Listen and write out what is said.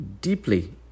deeply